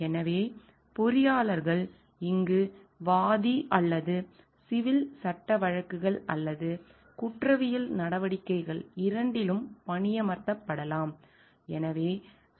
எனவே பொறியாளர்கள் இங்கு வாதி அல்லது சிவில் சட்ட வழக்குகள் அல்லது குற்றவியல் நடவடிக்கைகள் இரண்டிலும் பணியமர்த்தப்படலாம்